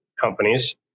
companies